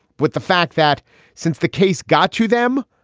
but the fact that since the case got to them,